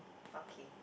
okay